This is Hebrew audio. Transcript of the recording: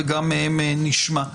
וגם מהם נשמע.